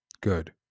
good